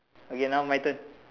okay now my turn